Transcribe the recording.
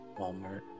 walmart